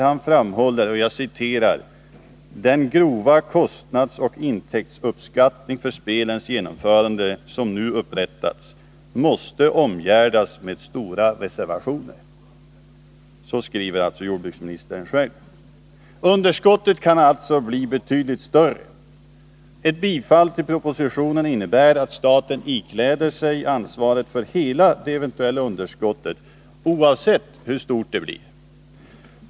Han framhåller att ”den grova kostnadsoch intäktsuppskattning för spelens genomförande som nu upprättats måste omgärdas med stora reservationer”. Underskottet kan alltså bli betydligt större. Ett bifall till propositionen innebär att staten ikläder sig ansvaret för hela det eventuella underskottet, oavsett hur stort detta blir.